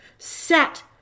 set